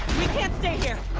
we can't stay here!